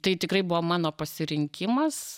tai tikrai buvo mano pasirinkimas